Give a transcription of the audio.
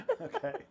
okay